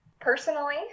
personally